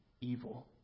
evil